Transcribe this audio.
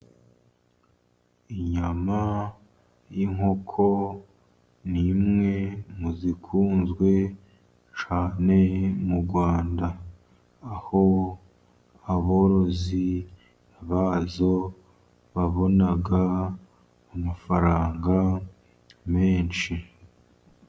Inyama y'inkoko ni imwe mu zikunzwe cyane mu Rwanda, aho aborozi bazo babona amafaranga menshi.